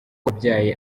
wabyaye